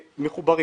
המודעות שם נמוכה.